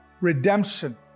redemption